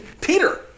Peter